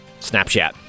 Snapchat